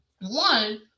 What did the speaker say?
One